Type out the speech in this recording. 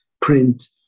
print